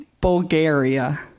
Bulgaria